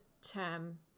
term